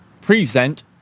Present